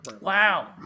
Wow